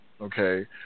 okay